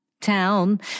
Town